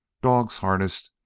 dogs harnessed,